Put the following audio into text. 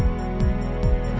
and